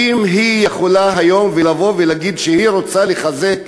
האם היא יכולה לבוא היום ולהגיד שהיא רוצה לחזק